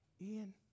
Ian